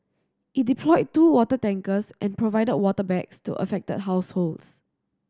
it deployed two water tankers and provided water bags to affected households